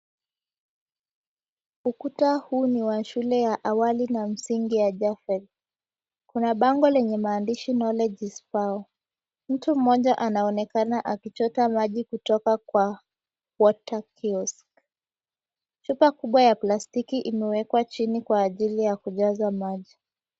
Ukuta huu ni wa shule ya awali na msingi ya Japhet. Kuna bango lenye maandishi knowledge is power . Mtu mmoja anaonekana akichota maji kutoka kwa water kiosk . Chupa kubwa ya plastiki imewekwa chini kwa ajili ya kujaza maji.